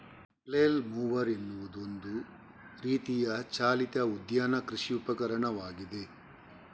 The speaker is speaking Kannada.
ಫ್ಲೇಲ್ ಮೊವರ್ ಎನ್ನುವುದು ಒಂದು ರೀತಿಯ ಚಾಲಿತ ಉದ್ಯಾನ ಕೃಷಿ ಉಪಕರಣವಾಗಿದೆ